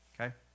Okay